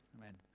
Amen